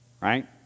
Right